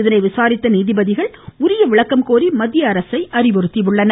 இதனை விசாரித்த நீதிபதிகள் உரிய விளக்கம் கோரி மத்திய அரசை அறிவுறுத்தியுள்ளனர்